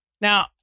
Now